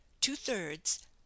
Two-thirds